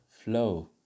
flow